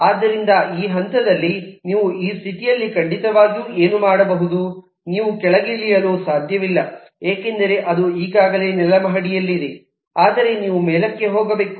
ಆದ್ದರಿಂದ ಈ ಹಂತದಲ್ಲಿ ನೀವು ಈ ಸ್ಥಿತಿಯಲ್ಲಿ ಖಂಡಿತವಾಗಿಯೂ ಏನು ಮಾಡಬಹುದು ನೀವು ಕೆಳಗಿಳಿಯಲು ಸಾಧ್ಯವಿಲ್ಲ ಏಕೆಂದರೆ ಅದು ಈಗಾಗಲೇ ನೆಲಮಹಡಿಯಲ್ಲಿದೆ ಆದರೆ ನೀವು ಮೇಲಕ್ಕೆ ಹೋಗಬಹುದು